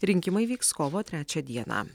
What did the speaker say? rinkimai vyks kovo trečią dieną